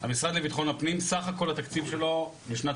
המשרד לבטחון הפנים סך הכל התקציב שלו לשנת